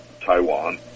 Taiwan